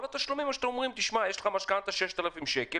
התשלומים או שאתם אומרים 'תשמע יש לך משכנתא 6,000 שקל,